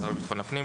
השר לביטחון הפנים,